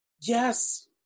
Yes